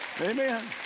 Amen